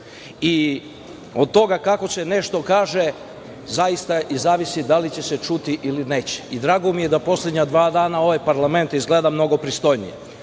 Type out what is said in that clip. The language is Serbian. Od toga kako se nešto kaže zaista i zavisi da li će se čuti ili neće. Drago mi je da poslednja dva dana ovaj parlament izgleda mnogo pristojnije. Poslanička